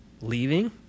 leaving